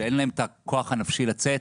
שאין להם את הכוח הנפשי לצאת